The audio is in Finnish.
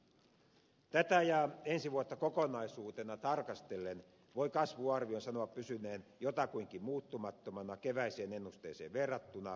tätä ja ensi vuotta kokonaisuutena tarkastellen voi kasvuarvion sanoa pysyneen jotakuinkin muuttumattomana keväiseen ennusteeseen verrattuna